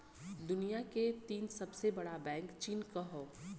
दुनिया के तीन सबसे बड़ा बैंक चीन क हौ